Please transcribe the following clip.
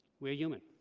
we're human.